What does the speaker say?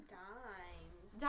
dimes